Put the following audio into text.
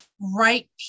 right